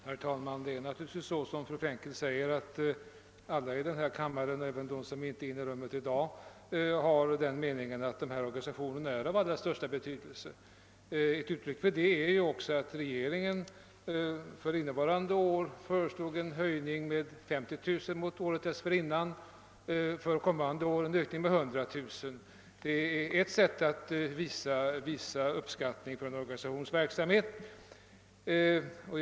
Herr talman! Det är naturligtvis så som fru Frenkel säger, att alla i den här kammaren — även de som inte är i plenisalen just nu — har den meningen att den organisation det nu gäller är av allra största betydelse. Ett uttryck för det är också att regeringen för innevarande år föreslog en höjning med 50 000 kronor mot året dessförinnan. För kommande år föreslås en ökning med 100000 kronor, och det är ett sätt att visa uppskattning för en organisations verksamhet.